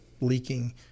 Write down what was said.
leaking